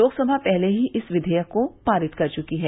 लोकसभा पहले ही इस विधेयक को पारित कर चुकी है